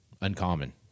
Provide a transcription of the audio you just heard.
uncommon